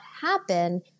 happen